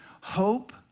Hope